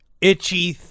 itchy